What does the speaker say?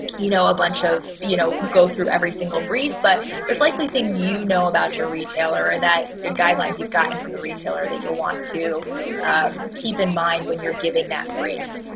you know a bunch of, you know, go through every single brief but there's likely things you know about your retailer ah that the guidelines, you've gotten from the retailer that you'll want to keep in mind when you're giving that brief.